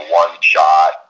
one-shot